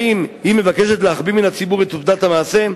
האם היא מבקשת להחביא מן הציבור את עובדת המעשה?